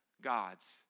gods